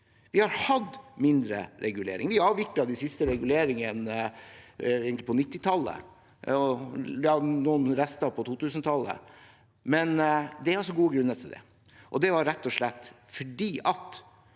Vi har hatt mindre regulering. Vi avviklet de siste reguleringene på 1990-tallet, men hadde noen rester på 2000-tallet, og det er altså gode grunner til det. Det er rett og slett fordi det